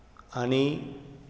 आनी